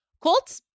Colts